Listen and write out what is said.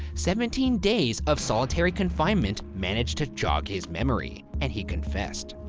seventeen days of solitary confinement managed to jog his memory and he confessed.